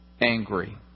angry